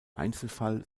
einzelfall